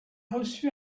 reçu